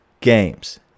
games